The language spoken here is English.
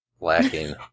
lacking